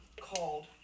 called